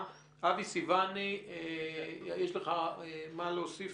יש לך מה להוסיף,